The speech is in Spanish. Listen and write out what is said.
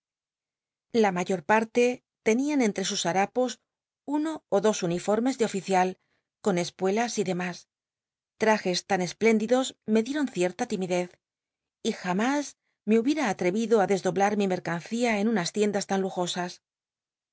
la mayo utr tenían entre us harapos uno ú dos unirormcs de oficial con l pnclas y dcma trajes lan es léndidos me dieron cierta timid ez y jam is me hubiera atrevido á desdoblar mi mercancía en unas tiendas tan lujosas